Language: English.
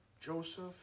Joseph